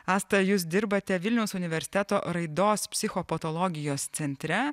asta jūs dirbate vilniaus universiteto raidos psichopatologijos centre